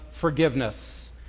forgiveness